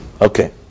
Okay